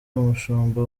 umushumba